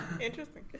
Interesting